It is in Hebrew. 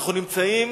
אנחנו נמצאים